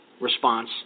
response